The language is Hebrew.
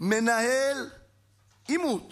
מנהל עימות